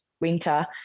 winter